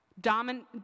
Dominant